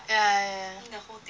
ya ya ya